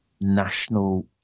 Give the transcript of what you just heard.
national